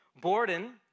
Borden